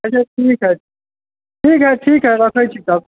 अच्छा ठीक हइ ठीक हइ ठीक हइ रखै छी तब